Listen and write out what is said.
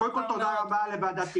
קודם כל תודה רבה לוועדת תירוש.